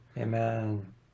Amen